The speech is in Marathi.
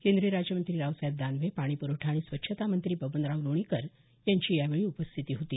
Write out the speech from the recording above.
केंद्रीय राज्यमंत्री रावसाहेब दानवे पाणीप्रवठा आणि स्वच्छता मंत्री बबनराव लोणीकर यांची यावेळी उपस्थिती होती